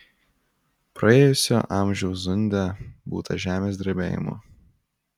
praėjusio amžiaus zunde būta žemės drebėjimų